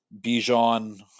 Bijan